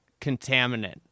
contaminant